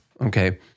okay